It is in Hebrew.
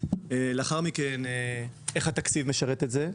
איך התקציב משרת את כל זה,